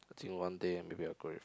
I think one day maybe I will go